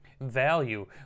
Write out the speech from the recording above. Value